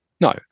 No